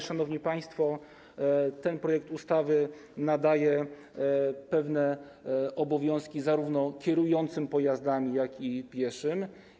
Szanowni państwo, ten projekt ustawy nadaje pewne obowiązki zarówno kierującym pojazdami, jak i pieszym.